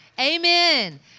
amen